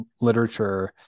literature